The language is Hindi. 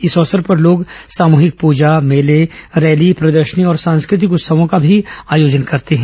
इस अवसर पर लोग सामुहिक पृजा मेले रैली प्रदर्शनी और सांस्कृतिक उत्सवों का भी आयोजन करते हैं